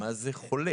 מה זה חולה.